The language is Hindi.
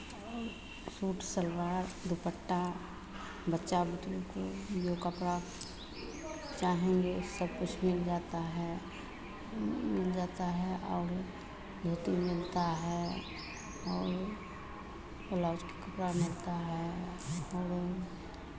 और सूट सलवार दुपट्टा बच्चा बुतरू को जो कपड़ा चाहेंगे सबकुछ मिल जाता है मिल जाता है और धोती मिलता है और ब्लाउज़ के कपड़ा मिलता है और औरो